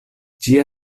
ĝia